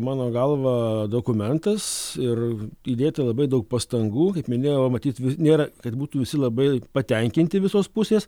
mano galva dokumentas ir įdėta labai daug pastangų kaip minėjau matyt nėra kad būtų visi labai patenkinti visos pusės